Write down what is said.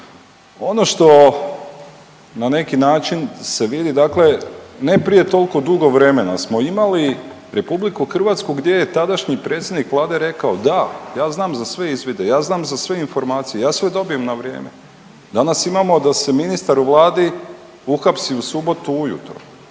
Ono što na neki način se vidi dakle ne prije tolko dugo vremena smo imali RH gdje je tadašnji predsjednik Vlade rekao da, ja znam za sve izvide, ja znam za sve informacije, ja sve dobijem na vrijeme. Danas imamo da se ministar u Vladi uhapsi u subotu ujutro.